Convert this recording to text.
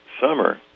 summer